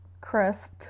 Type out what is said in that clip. Crest